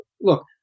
look